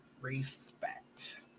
respect